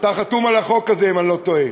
אתה חתום על החוק הזה, אם אני לא טועה.